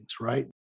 right